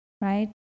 right